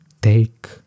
take